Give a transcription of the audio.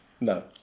No